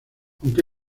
aunque